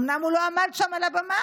אומנם הוא לא עמד שם על הבמה,